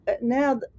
now